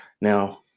Now